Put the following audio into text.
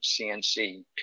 CNC